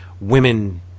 women